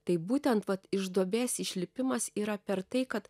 tai būtent vat iš duobės išlipimas yra per tai kad